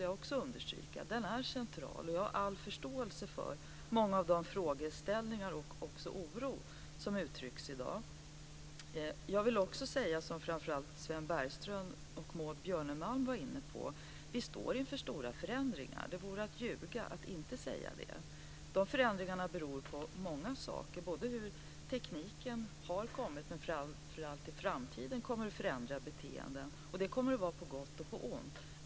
Jag har all förståelse för många av de frågeställningar och mycket av den oro som uttryckts i dag. Framför allt Sven Bergström och Maud Björnemalm var inne på att vi står inför stora förändringar. Det vore att ljuga att inte säga det. Dessa förändringar beror på många saker. Tekniken har förändrat och kommer i framtiden att förändra beteenden, och det är på gott och ont.